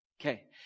Okay